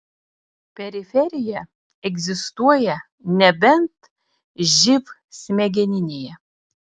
periferija egzistuoja nebent živ smegeninėje